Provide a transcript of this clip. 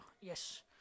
yes